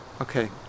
Okay